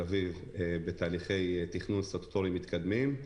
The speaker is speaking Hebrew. אביב בתהליכי תכנון סטטוטורי מתקדמים,